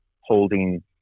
holding